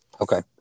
Okay